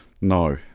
No